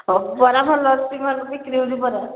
ହଉ ବରା ଭଲ ଅଛି ଭଲ ବିକ୍ରି ହେଉଛି ବରା